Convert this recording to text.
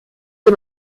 dem